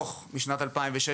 דוח משנת 2016,